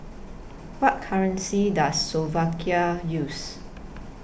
What currency Does Slovakia use